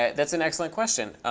ah that's an excellent question.